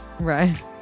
Right